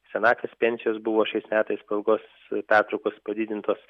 senatvės pensijos buvo šiais metais po ilgos pertraukos padidintos